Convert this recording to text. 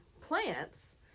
plants